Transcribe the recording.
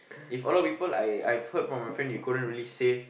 if a lot of people I I've heard from my friend you couldn't really save